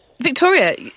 Victoria